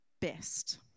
best